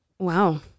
Wow